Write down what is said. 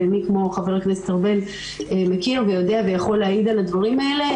ומי כמו חבר הכנסת ארבל מכיר ויודע ויכול להעיד על הדברים האלה.